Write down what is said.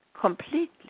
completely